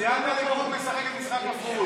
סיעת הליכוד משחקת משחק כפול.